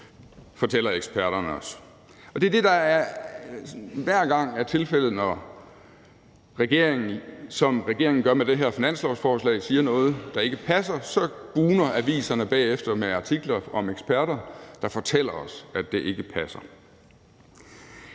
fortæller eksperterne os. Det er det, der hver gang er tilfældet, når regeringen, som regeringen gør i forbindelse med det her finanslovsforslag, siger noget, der ikke passer. Så bugner aviserne bagefter med artikler med eksperter, der fortæller os, at det ikke passer.